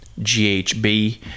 GHB